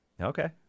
Okay